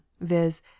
viz